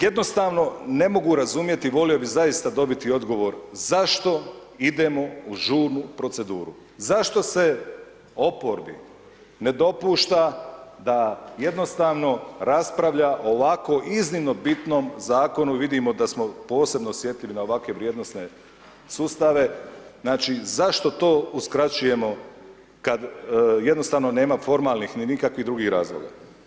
Jednostavno ne mogu razumjeti, volio bi zaista dobiti odgovor zašto idemo u žurnu proceduru, zašto se oporbi ne dopušta da jednostavno raspravlja o ovako iznimno bitnom zakonu i vidimo da smo posebno osjetljivi na ovakve vrijednosne sustave, znači zašto to uskraćujemo kad jednostavno nema formalnih ni nikakvih drugih razloga.